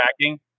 tracking